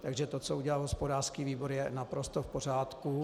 Takže to, co udělal hospodářský výbor, je naprosto v pořádku.